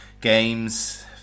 games